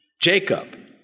Jacob